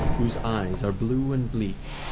whose eyes are blue and bleak,